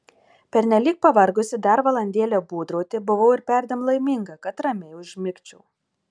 pernelyg pavargusi dar valandėlę būdrauti buvau ir perdėm laiminga kad ramiai užmigčiau